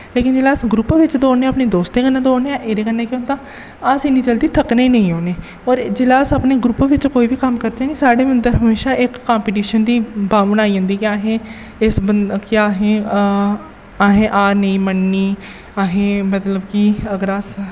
लेकिन जिल्लै अस ग्रुप बिच्च दौड़ने आं अपने दोस्तें कन्नै दौड़ने आं एह्दे कन्नै केह् होंदा अस इन्नी जल्दी थक्कने निं होन्नें पर जिल्लै अस अपने ग्रुप बिच्च कोई बी कम्म करचै नि साढ़े अन्दर हमेशा इक कंपीटीशन दा भावना आई जंदी कि असें इस बं कि असें असें असें हार नेईं मन्ननी असें मतलब कि अगर अस